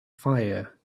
fire